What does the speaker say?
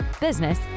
business